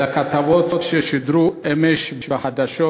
ברצוני להתייחס לכתבות ששודרו אמש בחדשות